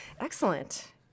Excellent